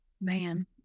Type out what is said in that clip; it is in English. Man